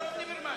ליברמן,